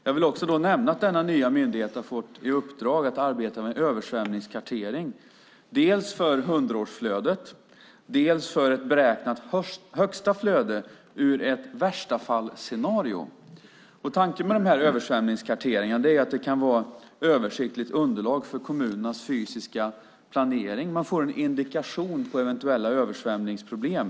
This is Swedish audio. Jag vill också nämna att denna nya myndighet har fått i uppdrag att arbeta med översvämningskartering, dels för hundraårsflödet, dels för ett beräknat högsta flöde ur ett värsta-fall-scenario. Tanken med de här översvämningskarteringarna är att de kan vara ett översiktligt underlag vid kommunernas fysiska planering. Man får en indikation på eventuella översvämningsproblem.